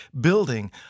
building